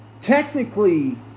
technically